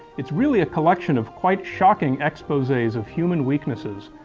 it's really a collection of quite shocking exposes of human weaknesses,